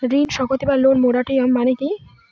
ঋণ স্থগিত বা লোন মোরাটোরিয়াম মানে কি?